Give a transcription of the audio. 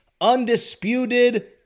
undisputed